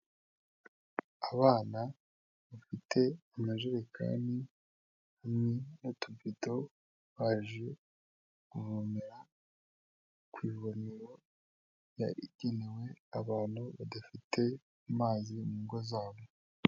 Abana bafite amajerekani hamwe n'utubido, baje kuvomera ku ivomero riba rigenewe abantu badafite amazi mu ngo zabo.